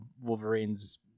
Wolverine's